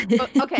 Okay